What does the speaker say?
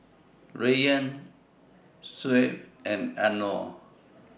Rayyan Shuib and Anuar